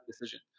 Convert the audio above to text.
decision